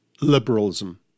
Liberalism